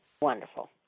Wonderful